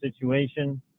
situation